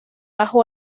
bajo